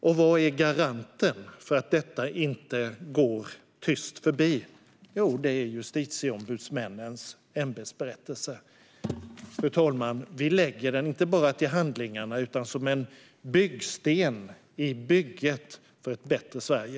Och vad är garanten för att detta inte går tyst förbi? Jo, det är Justitieombudsmännens ämbetsberättelse. Fru talman! Vi lägger denna ämbetsberättelse inte bara till handlingarna utan som en byggsten i bygget för ett bättre Sverige.